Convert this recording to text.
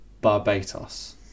Barbados